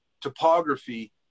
topography